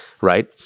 right